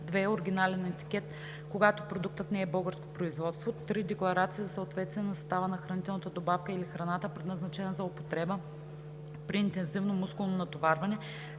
2. оригинален етикет, когато продуктът не е българско производство; 3. декларация за съответствие на състава на хранителната добавка или храната, предназначена за употреба при интензивно мускулно натоварване,